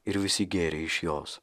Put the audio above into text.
ir visi gėrė iš jos